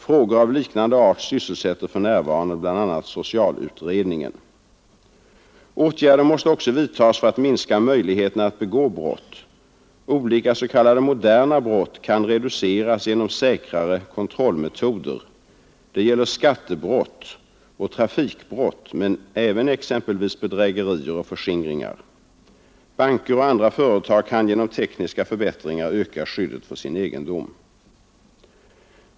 Frågor av liknande art sysselsätter för närvarande bl.a. socialutredningen. Åtgärder måste också vidtas för att minska möjligheterna att begå brott. Olika s.k. moderna brott kan reduceras genom säkrare kontrollmetoder. Det gäller skattebrott och trafikbrott men även exempelvis bedrägerier och förskingringar. Banker och andra företag kan genom tekniska förbättringar öka skyddet för sin egendom.